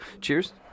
cheers